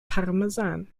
parmesan